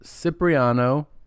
Cipriano